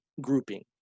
grouping